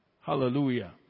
Hallelujah